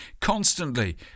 constantly